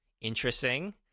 interesting